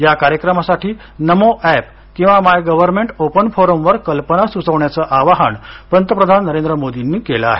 या कार्यक्रमासाठी नमो एप किंवा माय गव्हर्नमेंट ओपन फोरम वरकल्पना सुचवण्याचं आवाहन पंतप्रधान नरेंद्र मोदींनी केलं आहे